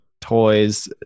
toys